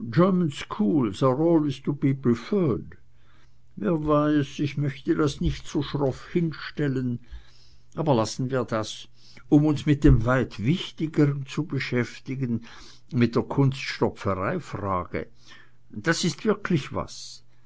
wer weiß ich möchte das nicht so schroff hinstellen aber lassen wir das um uns mit dem weit wichtigeren zu beschäftigen mit der kunststopfereifrage das ist wirklich was